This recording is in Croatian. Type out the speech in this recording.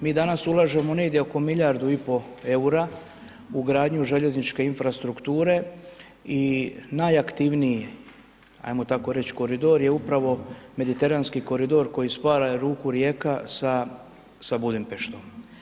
Mi danas ulažemo negdje oko milijardu i pol eura u gradnju željezničke infrastrukture i najaktivniji, ajmo tako reći, koridor je upravo Mediteranski koridor koji spaja Luku Rijeka sa Budimpeštom.